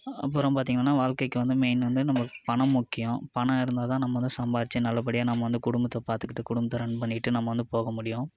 அப்பறம் பார்த்தீங்கன்னா வாழ்க்கைக்கு வந்து மெயின் வந்து நம்மளுக்கு பணம் முக்கியம் பணம் இருந்தால் தான் நம்ம வந்து சம்பாதிச்சு நல்லபடியாக நம்ம வந்து குடும்பத்தை பார்த்துக்கிட்டு குடும்பத்தை ரன் பண்ணிட்டு நம்ம வந்து போக முடியும்